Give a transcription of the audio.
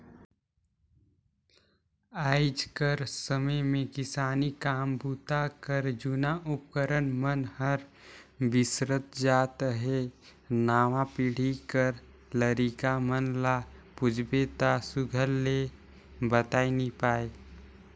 आएज कर समे मे किसानी काम बूता कर जूना उपकरन मन हर बिसरत जात अहे नावा पीढ़ी कर लरिका मन ल पूछबे ता सुग्घर ले बताए नी पाए